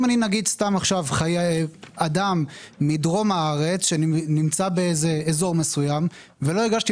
אם אני סתם דוגמה - אדם מדרום הארץ שנמצא באזור מסוים ולא הגשתי